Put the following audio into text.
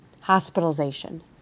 hospitalization